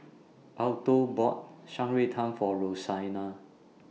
Alto bought Shan Rui Tang For Roseanna